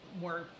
more